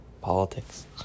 politics